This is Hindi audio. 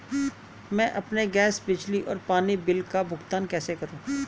मैं अपने गैस, बिजली और पानी बिल का भुगतान कैसे करूँ?